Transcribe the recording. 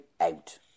out